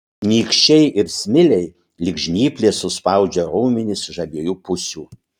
nykščiai ir smiliai lyg žnyplės suspaudžia raumenis iš abiejų pusių